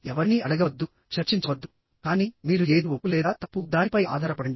ఎవరినీ అడగవద్దు ఎవరితోనూ చర్చించవద్దు కానీ మీరు ఏది ఒప్పు లేదా తప్పు అని అనుకుంటున్నారో దానిపై ఆధారపడండి